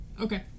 Okay